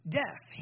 death